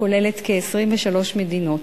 שכוללת כ-23 מדינות.